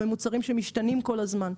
ומוצרים שמשתנים כל הזמן.